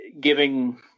giving